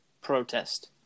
protest